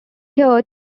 here